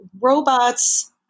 Robots